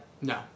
No